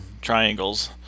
triangles